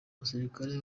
abasirikare